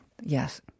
Yes